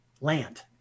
land